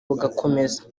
bugakomeza